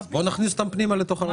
בוא נכניס אותם פנימה לתוך הרשות.